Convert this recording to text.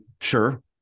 sure